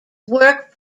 work